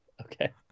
Okay